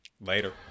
Later